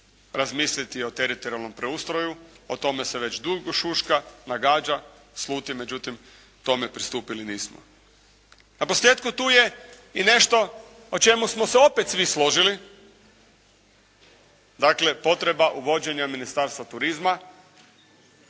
Razmisliti o teritorijalnom preustroju. O tome se već dugo šuška, nagađa, sluti. Međutim, tome pristupili nismo. Naposljetku tu je i nešto o čemu smo se opet svi složili dakle potreba uvođenja Ministarstva turizma.